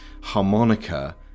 harmonica